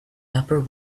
upper